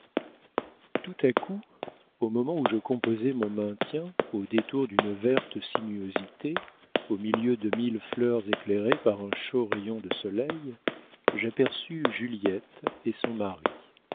tout à coup au moment où je composais mon maintien au détour d'une verte sinuosité au milieu de mille fleurs éclairées par un chaud rayon de soleil j'aperçus juliette et son mari